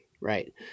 right